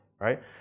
right